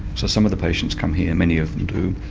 so some of the patients come here, many of them do,